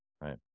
Right